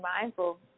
mindful